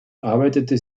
arbeitete